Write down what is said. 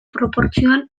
proportzioan